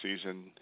season